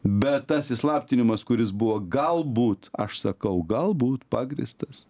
bet tas įslaptinimas kuris buvo galbūt aš sakau gal būt pagrįstas